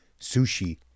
sushi